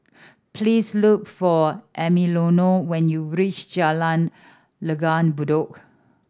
please look for Emiliano when you reach Jalan Langgar Bedok